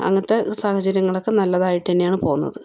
അങ്ങനത്തെ സാഹചര്യങ്ങളൊക്കെ നല്ലതായിട്ട് തന്നെയാണ് പോകുന്നത്